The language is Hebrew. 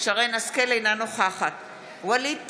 אינה נוכחת ווליד טאהא,